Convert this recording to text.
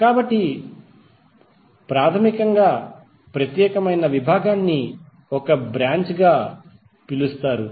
కాబట్టి ప్రాథమికంగా ప్రత్యేకమైన విభాగాన్ని ఒక బ్రాంచ్ అని పిలుస్తారు